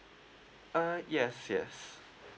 uh yes yes